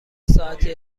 ساعتی